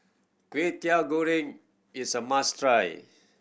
Kway Teow Goreng is a must try